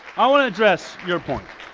i want to address your point